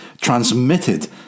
transmitted